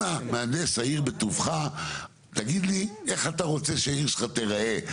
אנא מהנדס העיר בטובך תגיד לי איך אתה רוצה שהעיר שלך תיראה.